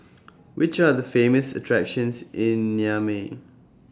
Which Are The Famous attractions in Niamey